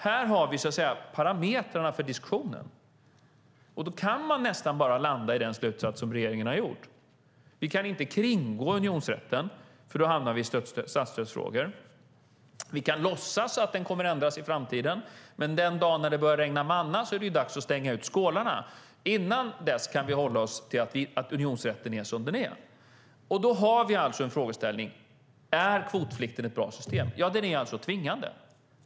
Här har vi parametrarna för diskussionen, och då kan man nästan bara landa i den slutsats som regeringen har gjort. Vi kan inte kringgå unionsrätten, för då hamnar vi i statsstödsfrågor. Vi kan låtsas att den kommer att ändras i framtiden, men den dagen då det börjar regna manna är det dags att ställa ut skålarna. Innan dess får vi förhålla oss till att unionsrätten är som den är. Då har vi frågeställningen: Är kvotplikten ett bra system? Ja, den är tvingande.